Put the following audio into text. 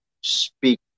speak